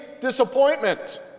disappointment